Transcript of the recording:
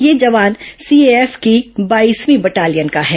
यह जवान सीएएफ की बाईसवीं बटालियन का है